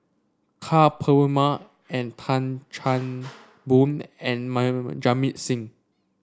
Ka Perumal and Tan Chan Boon and my Jamit Singh